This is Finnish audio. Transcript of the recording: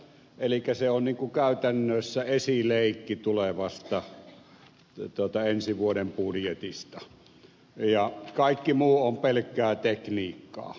eli se on niin kuin käytännössä esileikki tulevasta ensi vuoden budjetista ja kaikki muu on pelkkää tekniikkaa